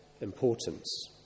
importance